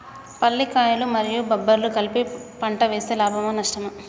పల్లికాయలు మరియు బబ్బర్లు కలిపి పంట వేస్తే లాభమా? నష్టమా?